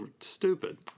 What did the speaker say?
stupid